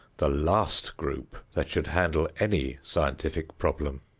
the last group that should handle any scientific problem.